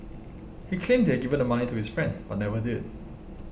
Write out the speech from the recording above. he claimed had given the money to his friend but never did